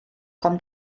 kommt